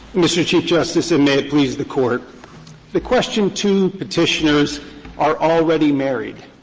mr. chief justice, and may it please the court the question two petitioners are already married.